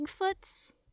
Bigfoots